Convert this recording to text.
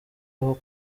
aho